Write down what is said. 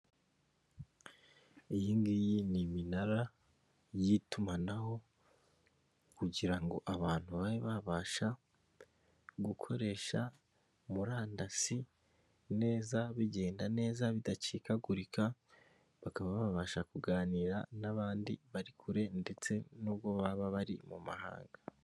Iyingiyi ni iminara y'itumanaho kugirango abantu babe babasha gukoresha murandasi neza bigenda neza bidacikagurika, bakaba babasha kuganira n'abandi bari kure ndetse n'ubwo baba bari mu mahanga.